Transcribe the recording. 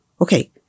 okay